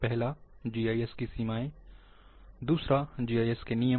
पहला जीआईएस की सीमाएं और दूसरा जीआईएस के नियम